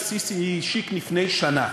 שא-סיסי השיק לפני שנה.